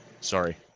Sorry